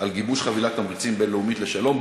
על גיבוש חבילת תמריצים בין-לאומית לשלום,